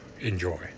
Enjoy